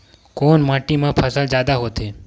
कोन माटी मा फसल जादा होथे?